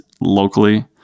locally